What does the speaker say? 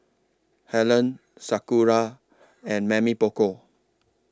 Helen Sakura and Mamy Poko